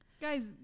Guys